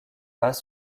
pas